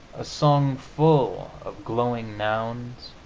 a song full of glowing nouns,